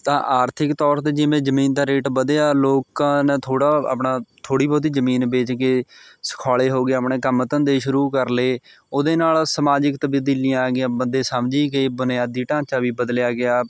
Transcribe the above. ਤਾਂ ਆਰਥਿਕ ਤੌਰ 'ਤੇ ਜਿਵੇਂ ਜ਼ਮੀਨ ਦਾ ਰੇਟ ਵਧਿਆ ਲੋਕਾਂ ਨੇ ਥੋੜ੍ਹਾ ਆਪਣਾ ਥੋੜ੍ਹੀ ਬਹੁਤੀ ਜ਼ਮੀਨ ਵੇਚ ਕੇ ਸੁਖਾਲ਼ੇ ਹੋ ਕੇ ਆਪਣੇ ਕੰਮ ਧੰਦੇ ਸ਼ੁਰੂ ਕਰ ਲਏ ਉਹਦੇ ਨਾਲ਼ ਸਮਾਜਿਕ ਤਬਦੀਲੀਆਂ ਆ ਗਈਆਂ ਬੰਦੇ ਸਮਝੀ ਗਏ ਬੁਨਿਆਦੀ ਢਾਂਚਾ ਵੀ ਬਦਲਿਆ ਗਿਆ